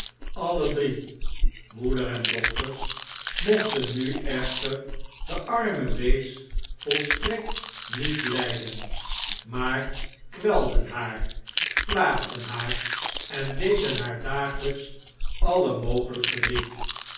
alle drie moeder en dochters mogten nu echter de arme wees volstrekt niet lijden maar kwelden haar plaagden haar en deden haar dagelijks alle mogelijk verdriet